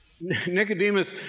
Nicodemus